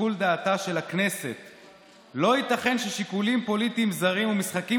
שיקול דעתה של הכנסת"; "לא ייתכן ששיקולים פוליטיים זרים ומשחקים